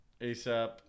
ASAP